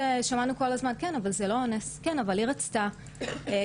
ככה ניסו למצוא את המאפיינים של הקורבן שלא בסדר,